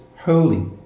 holy